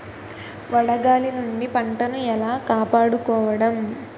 వడగాలి నుండి పంటను ఏలా కాపాడుకోవడం?